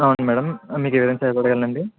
అవును మ్యాడమ్ మీకు ఏ విధంగా సహాయపడగలనండి